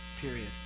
period